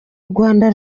rwanda